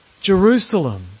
Jerusalem